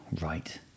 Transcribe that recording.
right